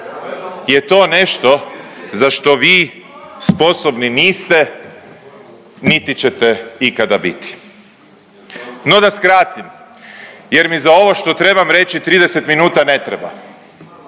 je to nešto za što vi sposobni niste niti ćete ikada biti! No da skratim, jer mi za ovo što trebam reći 30 minuta ne treba.